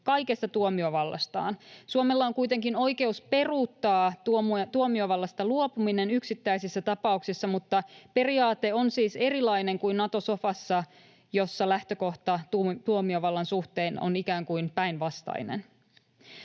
kaikesta tuomiovallastaan. Suomella on kuitenkin oikeus peruuttaa tuomiovallasta luopuminen yksittäisissä tapauksissa, mutta periaate on siis erilainen kuin Nato-sofassa, jossa lähtökohta tuomiovallan suhteen on ikään kuin päinvastainen.